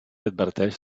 adverteix